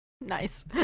Nice